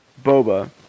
Boba